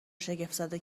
شگفتزده